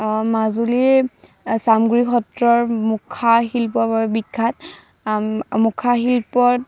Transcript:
মাজুলীত চামগুৰি সত্ৰৰ মুখাশিল্পৰ বাবে বিখ্যাত মুখাশিল্পত